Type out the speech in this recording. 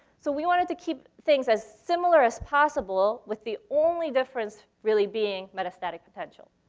so we wanted to keep things as similar as possible with the only difference really being metastatic potential.